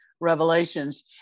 Revelations